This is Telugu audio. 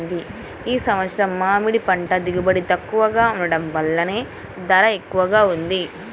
ఈ సంవత్సరం మామిడి పంట దిగుబడి తక్కువగా ఉండటం వలన ధర ఎక్కువగా ఉంది